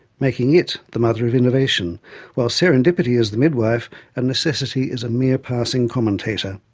making it the mother of innovation, while serendipity is the midwife and necessity is a mere passing commentator.